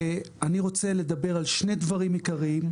אני רוצה לדבר על שני דברים עיקריים.